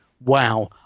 wow